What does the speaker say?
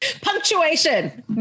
punctuation